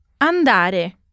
Andare